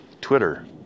Twitter